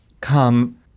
come